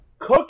cook